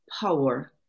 power